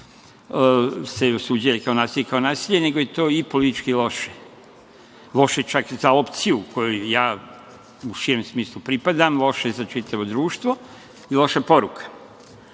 se osuđuje kao nasilnik i kao nasilje, nego je to i politički loše. Loše čak i za opciju kojoj ja u širem smislu pripadam, loše za čitavo društvo i loša poruka. Ali,